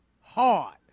hard